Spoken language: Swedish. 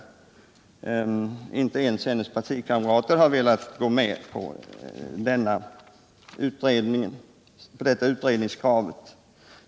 Men inte ens hennes partikamrater har velat gå med på detta utredningskrav.